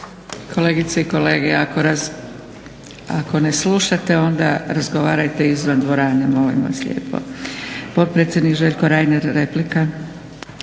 Kolegice i kolege, ako ne slušate onda razgovarajte izvan dvorane molim vas lijepo. Potpredsjednik Željko Reiner, replika.